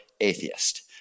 atheist